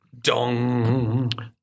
Dong